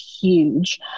huge